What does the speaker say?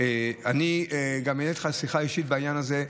אני גם אנהל איתך שיחה אישית בעניין הזה.